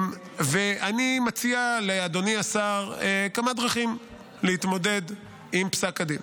אני מציע לאדוני השר כמה דרכים להתמודד עם פסק הדין.